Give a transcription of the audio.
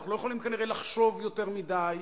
אנחנו לא יכולים כנראה לחשוב יותר מדי.